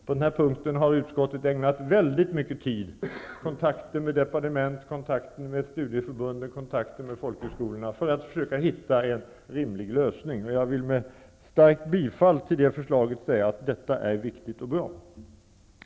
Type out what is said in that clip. På denna punkt har utskottet ägnat mycket tid åt kontakter med departement, studieförbund och folkhögskolor för att hitta en rimlig lösning. Jag vill med starkt biträde till förslaget säga att detta är viktigt och bra.